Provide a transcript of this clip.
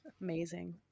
amazing